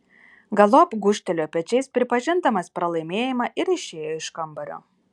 galop gūžtelėjo pečiais pripažindamas pralaimėjimą ir išėjo iš kambario